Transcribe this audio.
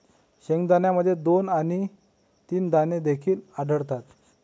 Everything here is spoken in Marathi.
शेंगदाण्यामध्ये दोन आणि तीन दाणे देखील आढळतात